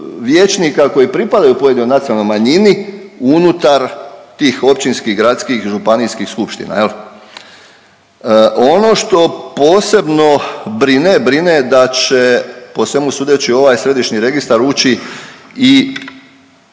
vijećnika koji pripadaju pojedinoj nacionalnoj manjini unutar tih općinskih, gradskih i županijskih skupština jel. Ono što posebno brine, brine da će po svemu sudeći u ovaj središnji registar ući i